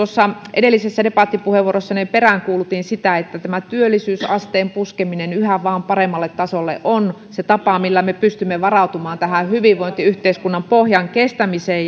edellisessä debattipuheenvuorossani peräänkuulutin sitä että työllisyysasteen puskeminen yhä vain paremmalle tasolle on se tapa millä me pystymme varautumaan tähän hyvinvointiyhteiskunnan pohjan kestämiseen